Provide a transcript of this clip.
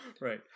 Right